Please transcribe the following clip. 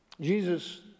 Jesus